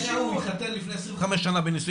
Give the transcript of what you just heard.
הוא התחתן לפני עשרים וחמש שנה בברית